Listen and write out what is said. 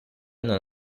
non